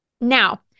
Now